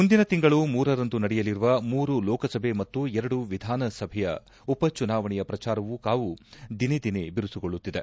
ಮುಂದಿನ ತಿಂಗಳು ಮೂರರಂದು ನಡೆಯಲಿರುವ ಮೂರು ಲೋಕಸಭೆ ಮತ್ತು ಎರಡು ವಿಧಾನಸಭೆಯ ಉಪ ಚುನಾವಣೆಯ ಪ್ರಚಾರದ ಕಾವು ದಿನೇ ದಿನೇ ಬಿರುಸುಗೊಳ್ಟುತ್ತಿದೆ